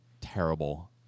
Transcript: terrible